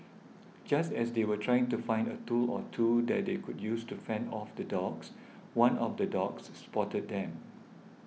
just as they were trying to find a tool or two that they could use to fend off the dogs one of the dogs spotted them